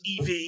EV